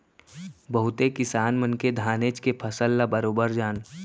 बहुते किसान मन के धानेच के फसल ल बरोबर जान